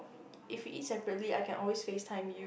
if we eat separately I can always facetime you